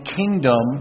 kingdom